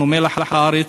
אנחנו מלח הארץ,